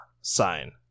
sign